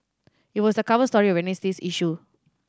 it was the cover story of Wednesday's issue